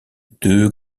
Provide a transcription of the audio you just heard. deux